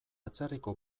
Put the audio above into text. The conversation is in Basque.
atzerriko